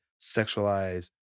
sexualize